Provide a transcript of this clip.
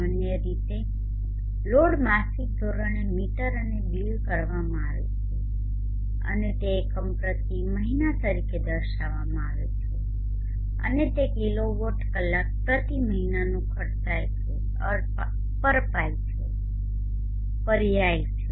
સામાન્ય રીતે લોડ માસિક ધોરણે મીટર અને બીલ કરવામાં આવે છે અને તે એકમ પ્રતિ મહિના તરીકે દર્શાવવામાં આવે છે અને તે કિલોવોટ કલાક પ્રતિ મહિનાનો પર્યાય છે